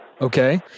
Okay